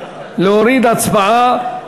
להוריד הצבעה,